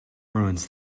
ruins